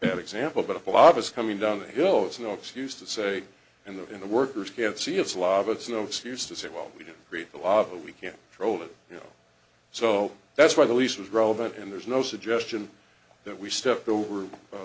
an example but a blob is coming down the hill it's no excuse to say and the in the workers can't see it's law but it's no excuse to say well we didn't read the law we can't troll it you know so that's why the lease was relevant and there's no suggestion that we stepped over